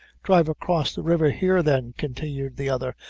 drive across the river, here then, continued the other,